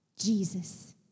Jesus